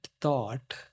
thought